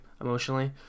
emotionally